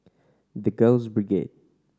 The Girls Brigade